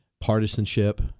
partisanship